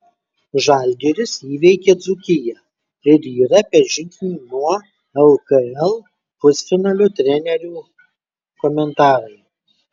žalgiris įveikė dzūkiją ir yra per žingsnį nuo lkl pusfinalio trenerių komentarai